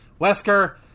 Wesker